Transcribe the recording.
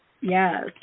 Yes